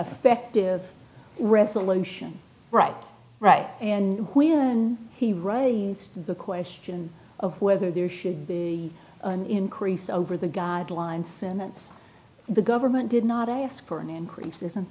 affective resolution right right and when he writings the question of whether there should be an increase over the guidelines and then the government did not ask for an increase